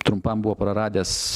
trumpam buvo praradęs